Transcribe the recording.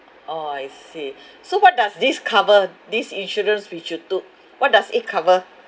orh I see so what does this cover this insurance which you took what does it cover